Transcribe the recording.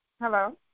Hello